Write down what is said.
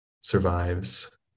survives